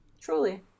truly